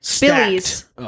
Billy's